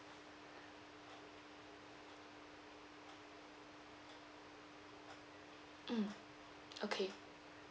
mm okay